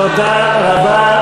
תודה רבה.